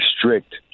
strict